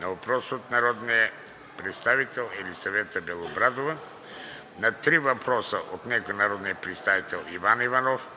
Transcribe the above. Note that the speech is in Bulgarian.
на въпрос от народния представител Елисавета Белобрадова; на три въпроса от народния представител Иван Иванов;